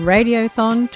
Radiothon